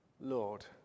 Lord